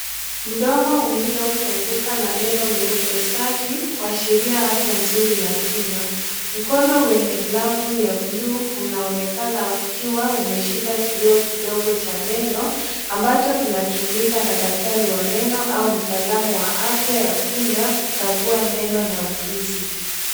Mdomo uliofunguka na meno meupe safi kuashiria afya nzuri ya kinywa. Mkono mwenye glavu ya bluu unaonekana ukiwa umeshika kioo kidogo cha meno ambacho kinatumika na daktari wa meno au mtaalamu wa afya ya kinywa kukagua meno na ufisi.